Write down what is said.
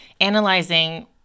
analyzing